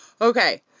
Okay